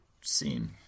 scene